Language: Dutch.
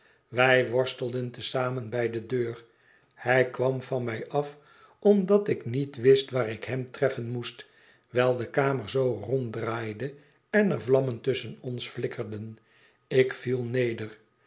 wij worstelden te zamen bij de deur hij kwam van mij af omdat ik met wist waar ik hem treffen moest wijl de kamer zoo ronddraaide ener vlammen tusschen ons flikkerden ik viel neder